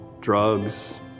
drugs